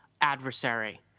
adversary